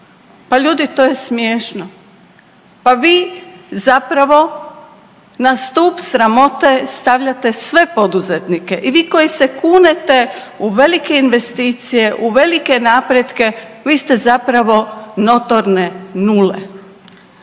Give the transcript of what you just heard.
Pa ljudi to je smiješno, pa vi zapravo na stup sramote stavljate sve poduzetnike i vi koji se kunete u velike investicije, u velike napretke, vi ste zapravo notorne nule.